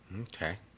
Okay